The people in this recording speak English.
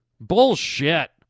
Bullshit